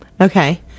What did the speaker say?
okay